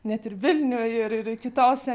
net ir vilniuj ir ir kitose